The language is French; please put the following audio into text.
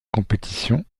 compétition